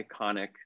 iconic